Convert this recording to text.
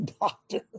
doctor